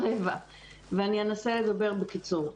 אנסה לדבר בקיצור.